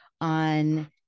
on